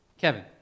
Kevin